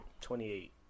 Twenty-eight